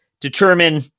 determine